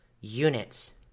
units